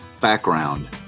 background